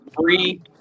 three